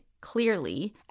clearly